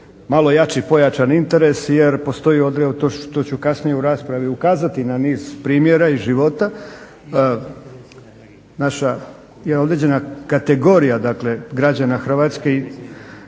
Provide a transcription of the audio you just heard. malo jači pojačan interes jer postoji ovdje, to ću kasnije u raspravi ukazati na niz primjera iz života, naša je određena kategorija dakle građana Hrvatske i